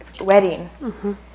wedding